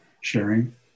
sharing